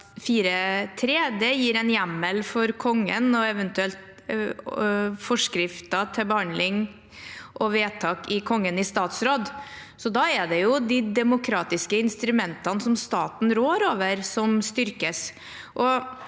gir en hjemmel for Kongen, eventuelt forskrifter til behandling og vedtak i Kongen i statsråd. Da er det de demokratiske instrumentene som staten rår over, som styrkes.